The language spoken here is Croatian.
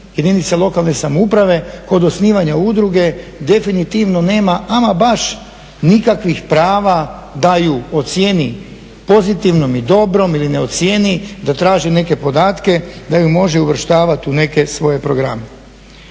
jedinica lokalne samouprave kod osnivanja udruge definitivno nema ama baš nikakvih prava da ju ocijeni pozitivnom i dobrom ili ne ocijeni, da traži neke podatke, da ju može uvrštavati u neke svoje programe.